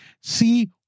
See